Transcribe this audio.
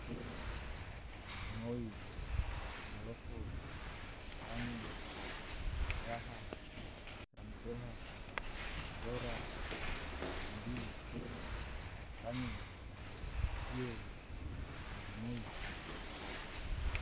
rimoi, malofo, range, raha, ramtoha, rora, tumdi, tufkange, sio, nyagimoi.